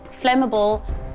flammable